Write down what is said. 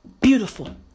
Beautiful